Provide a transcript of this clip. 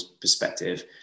perspective